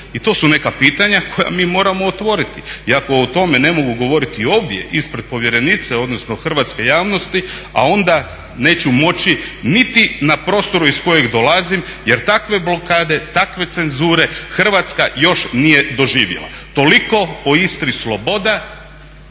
i to su neka pitanja koja mi moramo otvoriti. I ako o tome ne mogu govoriti ovdje ispred povjerenice, odnosno hrvatske javnosti a onda neću moći niti na prostoru iz kojeg dolazim, jer takve blokade, takve cenzure Hrvatska još nije doživjela. Toliko o Istri sloboda